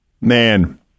man